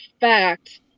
fact